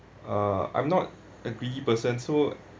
uh I'm not a greedy person so